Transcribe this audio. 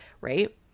right